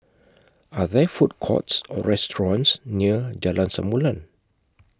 Are There Food Courts Or restaurants near Jalan Samulun